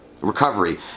Recovery